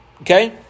Okay